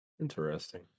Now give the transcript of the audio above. Interesting